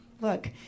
look